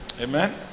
Amen